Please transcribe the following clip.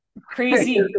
crazy